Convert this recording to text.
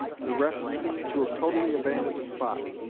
the rest seemed to have totally abandoned the spot.